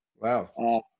Wow